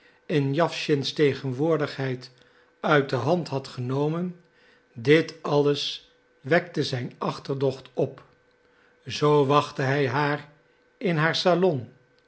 in jawschins tegenwoordigheid uit de hand had genomen dit alles wekte zijn achterdocht op zoo wachtte hij haar in haar salon